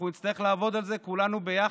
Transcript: אנחנו נצטרך לעבוד על זה כולנו ביחד,